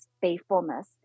faithfulness